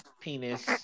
penis